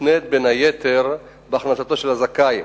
המותנית בין היתר בהכנסתו של הזכאי,